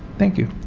thank you.